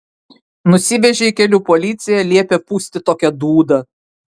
nusivežė į kelių policiją liepė pūsti tokią dūdą